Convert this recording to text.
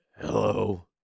Hello